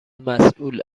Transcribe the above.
مسئول